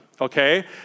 Okay